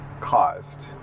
caused